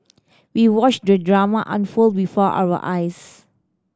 we watched the drama unfold before our eyes